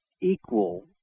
equal